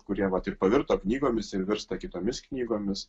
kurie vat ir pavirto knygomis ir virsta kitomis knygomis